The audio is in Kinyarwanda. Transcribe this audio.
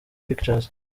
pictures